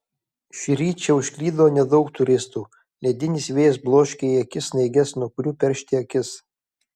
šįryt čia užklydo nedaug turistų ledinis vėjas bloškia į akis snaiges nuo kurių peršti akis